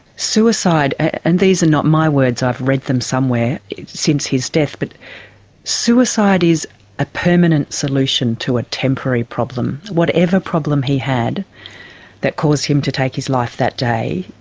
suicide, and these are not my words, i've read them somewhere since his death, but suicide is a permanent solution to a temporary problem. whatever problem he had that caused him to take his life that day,